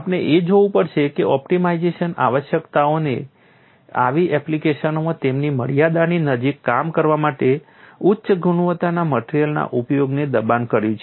આપણે એ જોવું પડશે કે ઓપ્ટિમાઇઝેશન આવશ્યકતાઓએ આવી એપ્લિકેશનોમાં તેમની મર્યાદાની નજીક કામ કરવા માટે ઉચ્ચ ગુણવત્તાના મટેરીઅલના ઉપયોગને દબાણ કર્યું છે